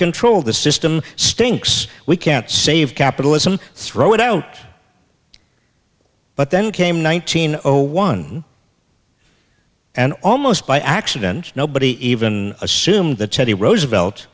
control the system stinks we can't save capitalism throw it out but then came one thousand or one and almost by accident nobody even assumed that teddy roosevelt